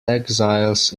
exiles